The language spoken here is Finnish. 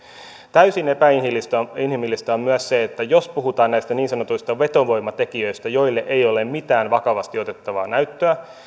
täysin epäinhimillistä on myös se että jos puhutaan näistä niin sanotuista vetovoimatekijöistä joille ei ole mitään vakavasti otettavaa näyttöä